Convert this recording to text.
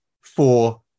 four